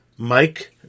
Mike